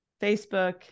Facebook